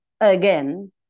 again